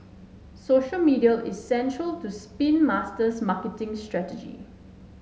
social media is central to Spin Master's marketing strategy